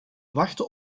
wachten